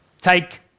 Take